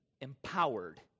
empowered